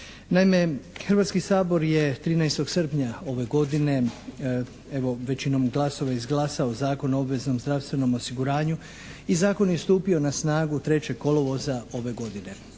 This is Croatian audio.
Naime, Hrvatski sabor je 13. srpnja ove godine evo većinom glasova izglasao Zakon o obveznom zdravstvenom osiguranju i zakon je stupio na snagu 3. kolovoza ove godine.